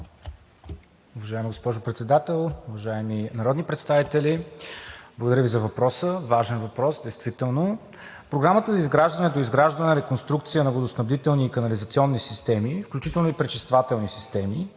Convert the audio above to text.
Уважаема госпожо Председател, уважаеми народни представители! Благодаря Ви за въпроса. Важен въпрос, действително. Програмата за изграждане, доизграждане, реконструкция на водоснабдителни и канализационни системи, включително и пречиствателни станции